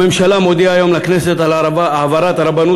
הממשלה מודיעה היום לכנסת על העברת הרבנות